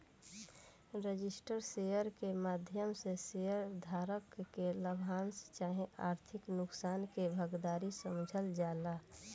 registered share के माध्यम से शेयर धारक के लाभांश चाहे आर्थिक नुकसान के भागीदार समझल जाला